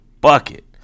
bucket